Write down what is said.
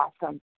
awesome